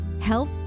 Help